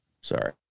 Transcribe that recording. Sorry